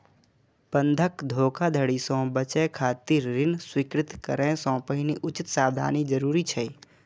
बंधक धोखाधड़ी सं बचय खातिर ऋण स्वीकृत करै सं पहिने उचित सावधानी जरूरी छै